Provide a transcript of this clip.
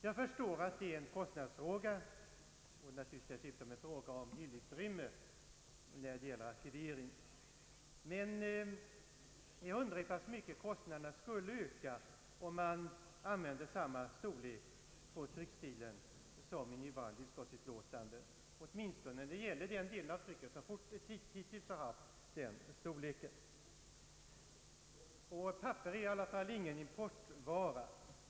Jag förstår att det är en kostnadsfråga — och dessutom naturligtvis en fråga om hyllutrymme när det gäller arkivering — men jag undrar hur pass mycket kostnaderna skulle öka, om man använde samma storlek på tryckstilen som i nuvarande utskottsutlåtanden, åtminstone när det gäller den del av trycket som hittills haft den storleken. Papper är i alla fall ingen importvara.